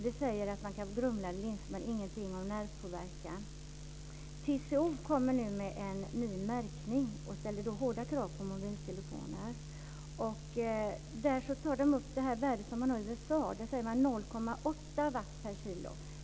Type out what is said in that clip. Det säger att man kan få grumlade linser, men ingenting om nervpåverkan. TCO kommer nu med en ny märkning och ställer då hårda krav på mobiltelefoner. Man tar upp det värde som gäller i USA. Där talas det om 0,8 watt per kilo.